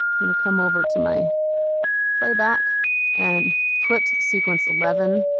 i'm going to come over to my playback and put sequence eleven,